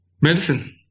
medicine